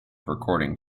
recording